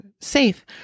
safe